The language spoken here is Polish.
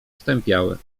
stępiały